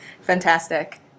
Fantastic